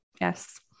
Yes